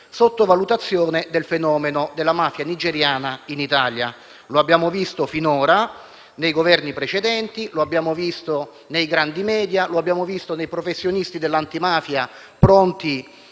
sottovalutazione del fenomeno della mafia nigeriana in Italia: lo abbiamo visto finora con i Governi precedenti, sui grandi *media* e da parte dei professionisti dell'antimafia pronti